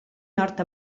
nord